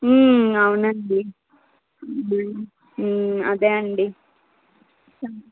అవునండి అదే అండి